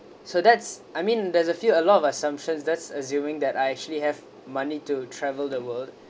so that's I mean there's a few a lot of assumptions just assuming that I actually have money to travel the world